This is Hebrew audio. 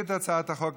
הודעה למזכירת הכנסת.